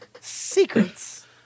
Secrets